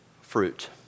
fruit